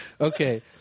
okay